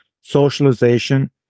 Socialization